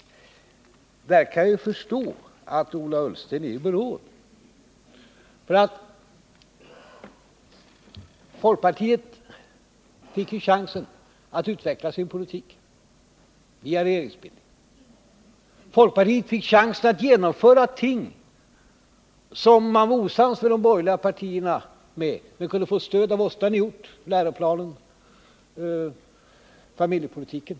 Jag kan förstå att Ola Ullsten där är i beråd. Folkpartiet fick ju chansen att utveckla sin politik via regeringsbildningen. Folkpartiet fick chansen att genomföra ting, som man var osams med de andra borgerliga partierna om men som man kunde få stöd för av oss. Så har folkpartiet också gjort t.ex. när det gäller läroplanen och familjepolitiken.